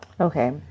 Okay